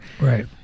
Right